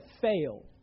fail